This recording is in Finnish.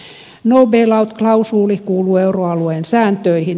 no bail out klausuuli kuuluu euroalueen sääntöihin